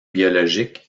biologique